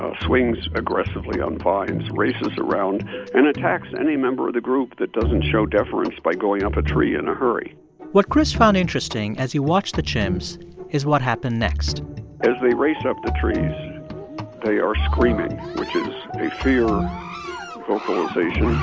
swings aggressively on vines, races around and attacks any member of the group that doesn't show deference by going up a tree in a hurry what chris found interesting as he watched the chimps is what happened next as they race up the trees they are screaming, which is a fear vocalization,